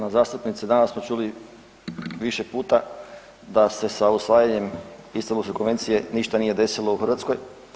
Poštovana zastupnice, danas smo čuli više puta da se sa usvajanjem Istambulske konvencije ništa nije desilo u Hrvatskoj.